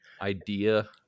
idea